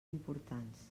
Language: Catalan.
importants